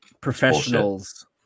professionals